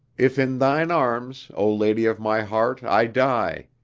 if in thine arms, o lady of my heart, i die,